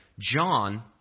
John